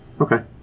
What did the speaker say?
Okay